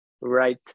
right